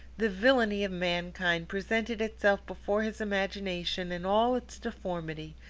the villainy of mankind presented itself before his imagination in all its deformity,